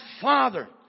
father